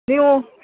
ನೀವು